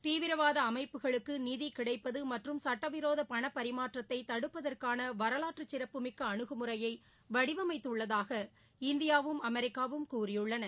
தீவிரவாத அமைப்புகளுக்கு நிதி கிடைப்பது மற்றும் சட்டவிரோத பணப்பரிமாற்றத்தை தடுப்பதற்கான வரலாற்று சிறப்புமிக்க அனுகுமுறையை வடிவமைத்துள்ளதாக இந்தியாவும் அமெரிக்காவும் கூறியுள்ளன